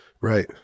Right